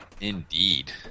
Indeed